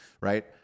right